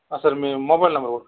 sir మీ mobile number